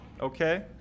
Okay